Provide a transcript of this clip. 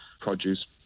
produce